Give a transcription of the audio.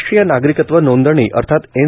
राष्ट्रीय नागरिकत्व नोंदणी अर्थात एन